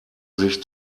sich